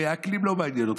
הרי האקלים לא מעניין אותך,